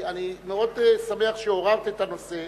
אני מאוד שמח שעוררת את הנושא,